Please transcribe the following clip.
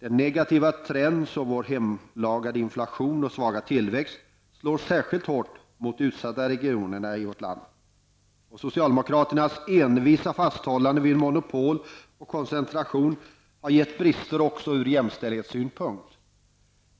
Den negativa trend som vår hemmalagade inflation och svaga tillväxt åstadkommit slår särskilt hårt mot de utsatta regionerna i vårt land. Socialdemokraternas envisa fasthållande vid monopol och koncentration har gett brister också ur jämställdhetssynpunkt.